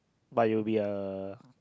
but you will be a